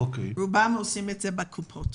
רובן עושות את זה בקופות.